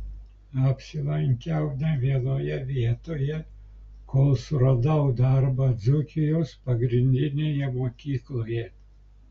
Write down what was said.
apsilankiau ne vienoje vietoje kol suradau darbą dzūkijos pagrindinėje mokykloje